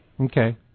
Okay